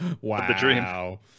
wow